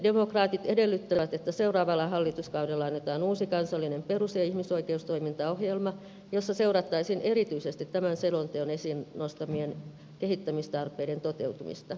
sosialidemokraatit edellyttävät että seuraavalla hallituskaudella annetaan uusi kansallinen perus ja ihmisoikeustoimintaohjelma jossa seurattaisiin erityisesti tämän selonteon esiin nostamien kehittämistarpeiden toteutumista